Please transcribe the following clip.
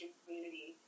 community